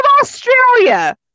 Australia